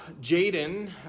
Jaden